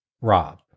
Rob